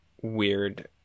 weird